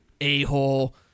a-hole